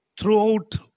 throughout